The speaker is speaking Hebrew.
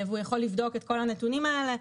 והוא יכול לבדוק את כל הנתונים האלה.